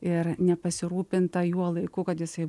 ir nepasirūpinta juo laiku kad jisai